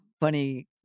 funny